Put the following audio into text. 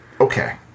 Okay